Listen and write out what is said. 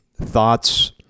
thoughts